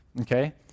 Okay